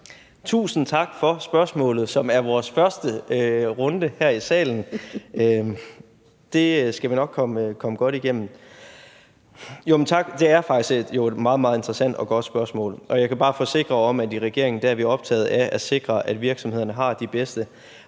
Tusind tak for spørgsmålet, som er vores første runde her i salen. Det skal vi nok komme godt igennem. Det er faktisk et meget, meget interessant og godt spørgsmål, og jeg kan bare forsikre om, at i regeringen er vi optaget af at sikre, at virksomhederne har de bedste